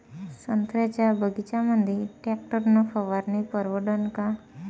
संत्र्याच्या बगीच्यामंदी टॅक्टर न फवारनी परवडन का?